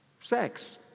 sex